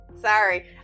sorry